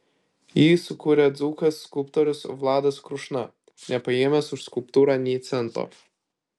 jį sukūrė dzūkas skulptorius vladas krušna nepaėmęs už skulptūrą nė cento